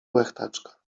łechtaczka